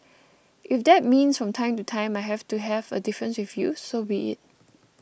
if that means from time to time I have to have a difference with you so be it